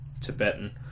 Tibetan